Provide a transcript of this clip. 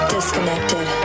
Disconnected